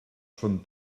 son